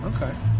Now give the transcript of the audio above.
Okay